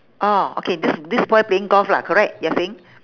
orh okay this this boy playing golf lah correct you are saying